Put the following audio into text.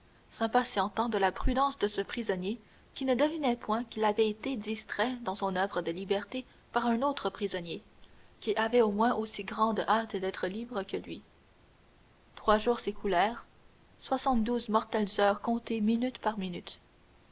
s'impatientant de la prudence de ce prisonnier qui ne devinait point qu'il avait été distrait dans son oeuvre de liberté par un autre prisonnier qui avait au moins aussi grande hâte d'être libre que lui trois jours s'écoulèrent soixante-douze mortelles heures comptées minute par minute